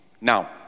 Now